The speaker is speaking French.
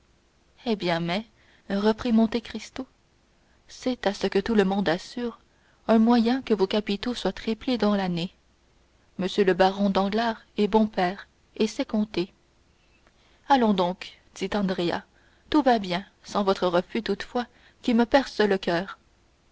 eh bien mais reprit monte cristo c'est à ce que tout le monde assure un moyen que vos capitaux soient triplés dans l'année m le baron danglars est bon père et sait compter allons donc dit andrea tout va bien sans votre refus toutefois qui me perce le coeur